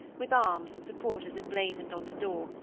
with arms and supporters emblazoned on the door,